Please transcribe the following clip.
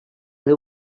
that